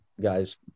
guys